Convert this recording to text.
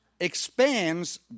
expands